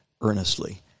earnestly